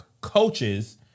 coaches